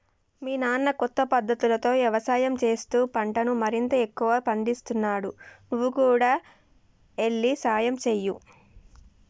మీ నాన్న కొత్త పద్ధతులతో యవసాయం చేస్తూ పంటను మరింత ఎక్కువగా పందిస్తున్నాడు నువ్వు కూడా ఎల్లి సహాయంచేయి